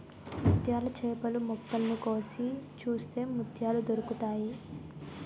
ముత్యాల చేపలు మొప్పల్ని కోసి చూస్తే ముత్యాలు దొరుకుతాయి